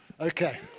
Okay